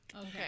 Okay